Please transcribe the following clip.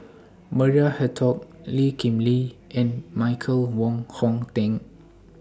Maria Hertogh Lee Kip Lee and Michael Wong Hong Teng